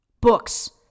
books